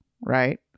right